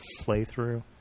playthrough